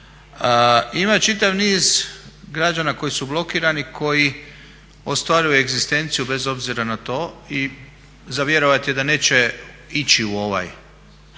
Ima čitav niz građana koji su blokirani koji ostvaruju egzistenciju bez obzira na to i za vjerovat je da neće ići u ovaj,